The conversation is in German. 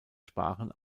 sparen